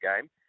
game